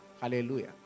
hallelujah